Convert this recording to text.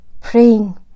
praying